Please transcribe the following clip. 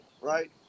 right